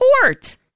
Court